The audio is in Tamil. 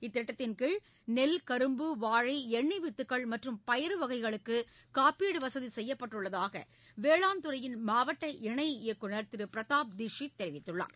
இத்திட்டத்தின் கீழ நெல் கரும்பு வாழை எண்ணெய் வித்துக்கள் மற்றும் பயறு வகைகளுக்கு காப்பீடு வசதி செய்யப்பட்டுள்ளதாக வேளாண் துறையின் மாவட்ட இணை இயக்குநர் திரு பிரதாப் தீட்சித் தெரிவித்துள்ளார்